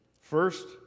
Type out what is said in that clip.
First